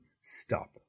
stop